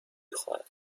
خواهد